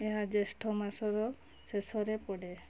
ଏହା ଜ୍ୟେଷ୍ଠ ମାସର ଶେଷରେ ପଡ଼େ